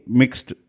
mixed